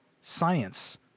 science